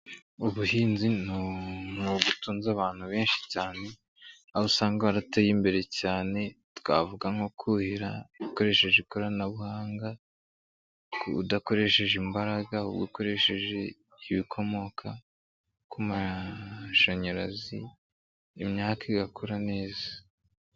Ubuhinzi ni ubutunze abantu benshi cyane, aho usanga wateye imbere cyane, twavuga nko kuhira ukoresheje ikoranabuhanga, udakoresheje imbaraga, ukoresheje ibikomoka ku mashanyarazi imyaka igakura neza.